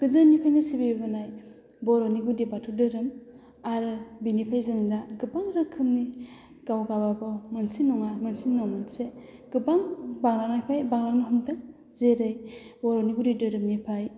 गोदोनिफ्रायनो सिबिबोनाय बर'नि गुदि बाथौ धोरोम आरो बिनिफ्राय जोङो दा गोबां रोखोमनि गाव गाबागाव मोनसे नङा मोनसेनि उनाव मोनसे गोबां बांलांनायनिफ्राय बांलांनो हमदों जेरै बर'नि गुदि धोरोमनिफ्राय